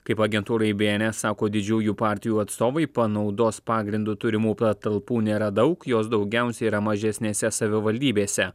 kaip agentūrai bns sako didžiųjų partijų atstovai panaudos pagrindu turimų patalpų nėra daug jos daugiausiai yra mažesnėse savivaldybėse